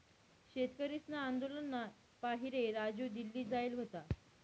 शेतकरीसना आंदोलनना पाहिरे राजू दिल्ली जायेल व्हता